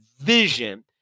vision